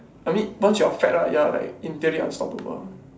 I mean once you're fat ah you're like entirely unstoppable